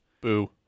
boo